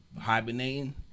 hibernating